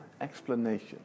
explanation